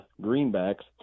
greenbacks